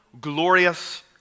glorious